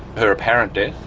her apparent death.